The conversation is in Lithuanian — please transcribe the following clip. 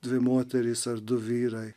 dvi moterys ar du vyrai